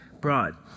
broad